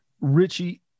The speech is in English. Richie